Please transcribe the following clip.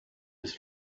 his